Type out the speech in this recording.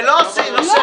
צריך --- זה לא נושא חדש.